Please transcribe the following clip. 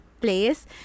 place